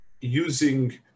using